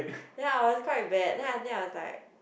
ya I was quite bad then after that I was like